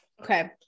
Okay